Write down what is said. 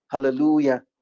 hallelujah